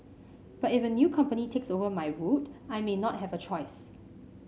but if a new company takes over my route I may not have a choice